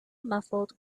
muffled